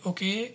Okay